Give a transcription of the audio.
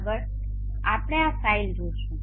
આગળ આપણે આ ફાઇલ જોઈશું